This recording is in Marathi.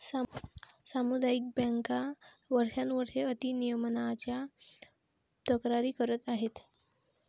सामुदायिक बँका वर्षानुवर्षे अति नियमनाच्या तक्रारी करत आहेत